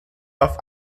auf